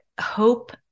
hope